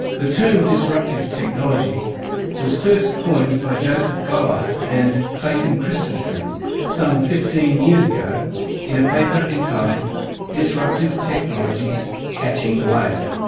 the term disruptive technology was first coined by joseph bower and clayton christensen some fifteen years ago in a paper entitled disruptive technologies catching the wave.